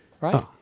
Right